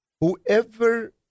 whoever